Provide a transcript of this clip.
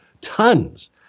tons